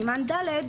סימן ד',